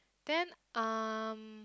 then um